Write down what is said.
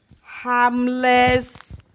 harmless